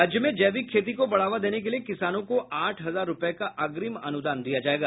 राज्य में जैविक खेती को बढ़ावा देने के लिए किसानों को आठ हजार रूपये का अग्रिम अनूदान दिया जायेगा